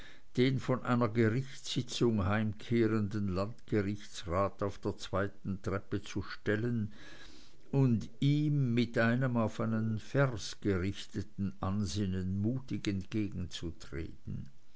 den von einer gerichtssitzung heimkehrenden landgerichtsrat auf der zweiten treppe zu stellen und ihm mit einem auf einen vers gerichteten ansinnen mutig entgegenzutreten